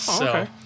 Okay